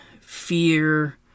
fear